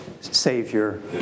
Savior